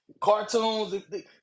Cartoons